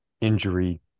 injury